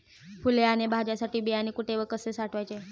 फुले आणि भाज्यांसाठी बियाणे कुठे व कसे साठवायचे?